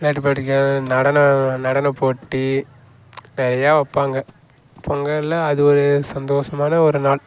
விளையாட்டு போட்டிகள் நடன நடன போட்டி நிறையா வைப்பாங்க பொங்கல்ல அது ஒரு சந்தோஷமான ஒரு நாள்